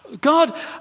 God